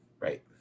Right